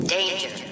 Danger